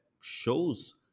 shows